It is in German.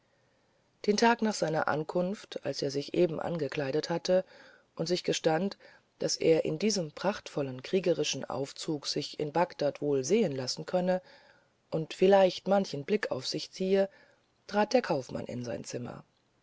den tag nach seiner ankunft als er sich eben angekleidet hatte und sich gestand daß er in diesem prachtvollen kriegerischen aufzug sich in bagdad wohl sehen lassen könne und vielleicht manchen blick auf sich ziehe trat der kaufmann in sein zimmer